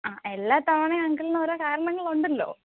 ആ എല്ലാ തവണയും അങ്കിളിന് ഓരോ കാരണങ്ങളുണ്ടല്ലോ